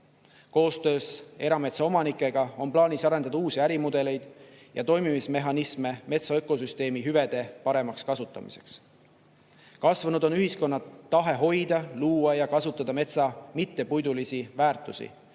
Koostöös erametsaomanikega on plaanis arendada uusi ärimudeleid ja toimimismehhanisme metsa ökosüsteemi hüvede paremaks kasutamiseks. Kasvanud on ühiskonna tahe hoida, luua ja kasutada metsa mittepuidulisi väärtusi,